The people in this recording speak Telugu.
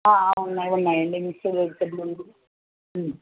ఉన్నాయి ఉన్నాయి అండి మిక్స్డ్ వెజిటేబుల్ ఉంది